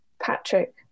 Patrick